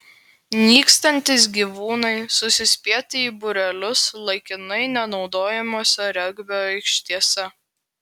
nykstantys gyvūnai susispietę į būrelius laikinai nenaudojamose regbio aikštėse